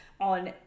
on